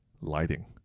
lighting